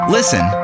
Listen